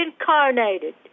incarnated